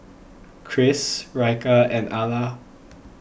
Kris Ryker and Ala